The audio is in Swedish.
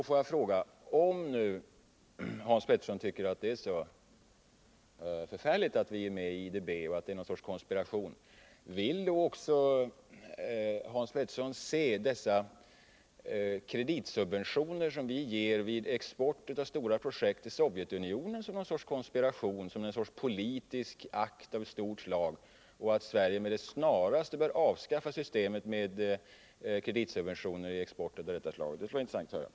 Får jag fråga: Om nu Hans Petersson i Hallstahammar tycker att det är så förfärligt att vi är med i IDB och att det är en sorts konspiration, vill Hans Petersson då också se dessa kreditsubventioner, som vi ger vid export av stora projekt till Sovjetunionen, som någon sorts konspiration eller någon sorts politisk akt av stor omfattning? Bör Sverige med det snaraste avskaffa systemet med kreditsubventioner vid exporter av detta slag? Det skulle vara intressant att höra.